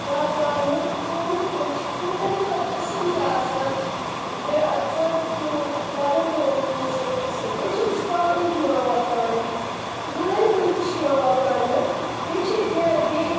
وۄپداونہٕ ژوٗنٛٹھۍ کُلۍ چھِ ژوٗنٛٹھن چھِ پَتہٕ قٕسٕم تہِ آسان بیا ژۅکۍ ژوٗنٛٹھۍ بَدل بَدل ژوٗنٛٹھۍ چھِ ییٚتہِ قٕسٕم بیٚیہِ چھِ ییٚتہِ سِٹرابٔری تہِ یِوان وۄپداونہٕ گٲرۍ کُلۍ تہِ چھِ یِوان وۄپداونہٕ بیٚیہِ چھِ ییٚتہِ بے بیٚیہِ